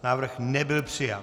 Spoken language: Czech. Návrh nebyl přijat.